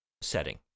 setting